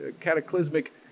cataclysmic